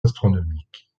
astronomiques